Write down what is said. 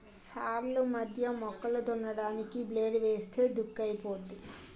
సాల్లు మధ్య మొక్కలు దున్నడానికి బ్లేడ్ ఏస్తే దుక్కైపోద్ది